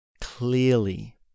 clearly